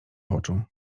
oczu